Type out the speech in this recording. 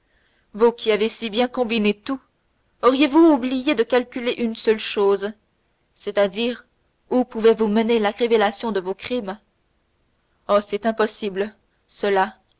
vous qui avez si bien combiné tout auriez-vous donc oublié de calculer une seule chose c'est-à-dire où pouvait vous mener la révélation de vos crimes oh c'est impossible cela